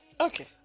Okay